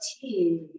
tea